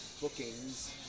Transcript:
bookings